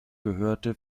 gehörte